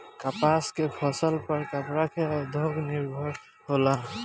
कपास के फसल पर कपड़ा के उद्योग निर्भर होला